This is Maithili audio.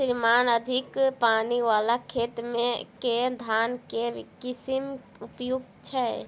श्रीमान अधिक पानि वला खेत मे केँ धान केँ किसिम उपयुक्त छैय?